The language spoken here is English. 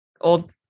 old